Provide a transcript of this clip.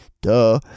Duh